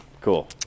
cool